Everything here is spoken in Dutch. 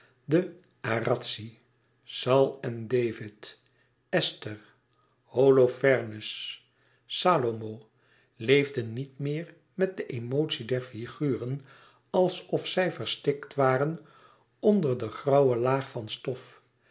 de arazzi saul en david esther holofernes salomo leefden niet meer met de emotie der figuren alsof zij verstikt waren onder de grauwe laag van stof